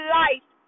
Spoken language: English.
life